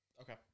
Okay